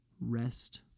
rest